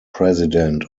president